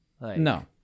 No